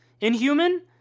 inhuman